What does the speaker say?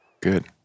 Good